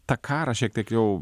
tą karą šiek tiek jau